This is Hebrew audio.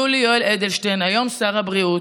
יולי יואל אדלשטיין, היום שר הבריאות,